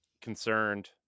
concerned